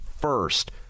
first